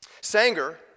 Sanger